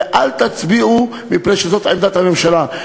ואל תצביעו מפני שזו עמדת הממשלה.